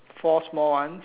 four small ones